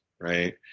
Right